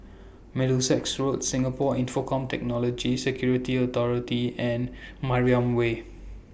Middlesex Road Singapore Infocomm Technology Security Authority and Mariam Way